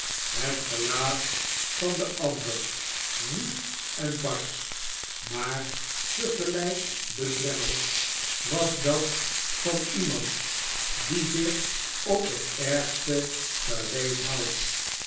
het gelaat van den ander woest en barsch maar te gelijk bedremmeld was dat van barnaby rudge standvastigheid van gabriel varden iemand die zich op het ergste gereed houdt